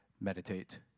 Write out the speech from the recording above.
Meditate